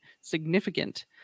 Significant